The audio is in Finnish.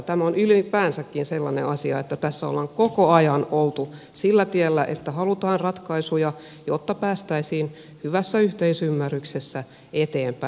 tämä on ylipäänsäkin sellainen asia että tässä ollaan koko ajan oltu sillä tiellä että halutaan ratkaisuja jotta päästäisiin hyvässä yhteisymmärryksessä eteenpäin